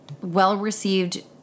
well-received